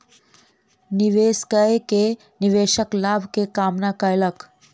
निवेश कय के निवेशक लाभ के कामना कयलक